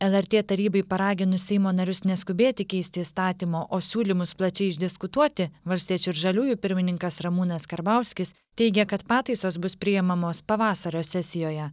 lrt tarybai paraginus seimo narius neskubėti keisti įstatymo o siūlymus plačiai išdiskutuoti valstiečių ir žaliųjų pirmininkas ramūnas karbauskis teigė kad pataisos bus priemamos pavasario sesijoje